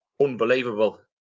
unbelievable